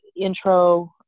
intro